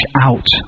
out